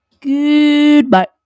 Goodbye